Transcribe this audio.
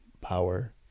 power